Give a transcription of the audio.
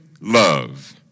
love